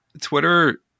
Twitter